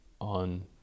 on